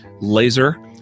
Laser